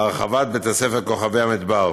להרחבת בית הספר כוכבי המדבר,